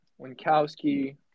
Winkowski –